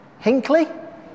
Hinkley